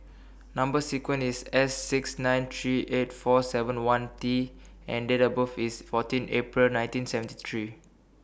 Number sequence IS S six nine three eight four seven one T and Date of birth IS fourteen April nineteen seventy three